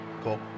Cool